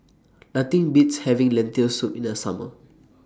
Nothing Beats having Lentil Soup in The Summer